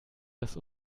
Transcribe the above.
dass